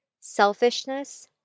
selfishness